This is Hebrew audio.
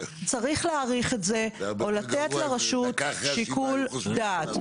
צריך להאריך את זה או לתת לרשות שיקול דעת.